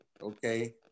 Okay